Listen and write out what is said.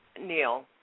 Neil